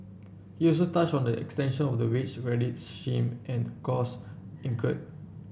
he also touched on the extension of the wage credit scheme and costs incurred